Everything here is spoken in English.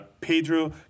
Pedro